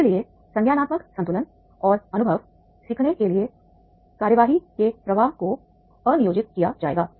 इसलिए संज्ञानात्मक संतुलन और अनुभव सीखने के लिए कार्रवाई के प्रवाह को अनियोजित किया जाएगा